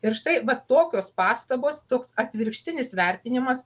ir štai vat tokios pastabos toks atvirkštinis vertinimas